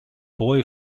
boy